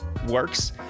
works